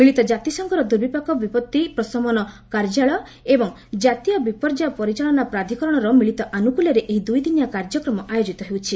ମିଳିତ ଜାତିସଂଘର ଦୁର୍ବିପାକ ବିପତ୍ତି ପ୍ରଶମନ କାର୍ଯ୍ୟାଳୟ ଏବଂ କାତୀୟ ବିପର୍ଯ୍ୟୟ ପରିଚାଳନା ପ୍ରାଧିକରଣର ମିଳିତ ଆନୁକୂଲ୍ୟରେ ଏହି ଦୁଇ ଦିନିଆ କାର୍ଯ୍ୟକ୍ରମ ଆୟୋଜିତ ହେଉଛି